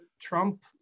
Trump